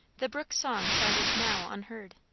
the brook's song sounded now unheard.